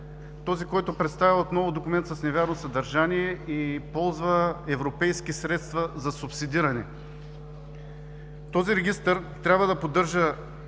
този, който представя документ с невярно съдържание, ползва европейски средства за субсидиране. Този регистър трябва да поддържа